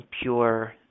pure